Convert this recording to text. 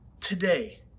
Today